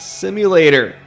simulator